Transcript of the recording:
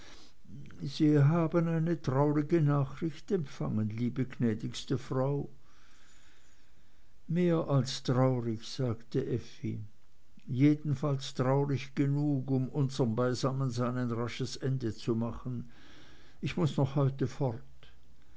sie haben eine traurige nachricht empfangen liebe gnädigste frau mehr als traurig sagte effi jedenfalls traurig genug um unserem beisammensein ein rasches ende zu machen ich muß noch heute fort